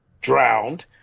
drowned